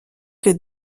que